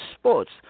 sports